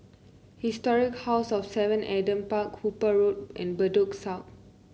Historic House of Seven Adam Park Hooper Road and Bedok South